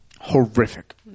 Horrific